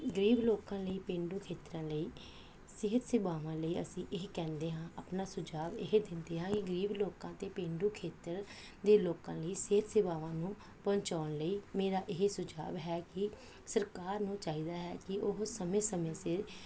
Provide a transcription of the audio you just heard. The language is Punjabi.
ਗਰੀਬ ਲੋਕਾਂ ਲਈ ਪੇਂਡੂ ਖੇਤਰਾਂ ਲਈ ਸਿਹਤ ਸੇਵਾਵਾਂ ਲਈ ਅਸੀਂ ਇਹ ਕਹਿੰਦੇ ਹਾਂ ਆਪਣਾ ਸੁਝਾਅ ਇਹ ਦਿੰਦੇ ਹਾਂ ਇਹ ਗਰੀਬ ਲੋਕਾਂ ਅਤੇ ਪੇਂਡੂ ਖੇਤਰ ਦੇ ਲੋਕਾਂ ਲਈ ਸਿਹਤ ਸੇਵਾਵਾਂ ਨੂੰ ਪਹੁੰਚਾਉਣ ਲਈ ਮੇਰਾ ਇਹ ਸੁਝਾਅ ਹੈ ਕਿ ਸਰਕਾਰ ਨੂੰ ਚਾਹੀਦਾ ਹੈ ਕਿ ਉਹ ਸਮੇਂ ਸਮੇਂ ਸਿਰ